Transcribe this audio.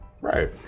Right